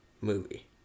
movie